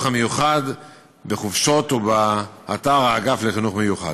המיוחד בחופשות ובאתר האגף לחינוך מיוחד.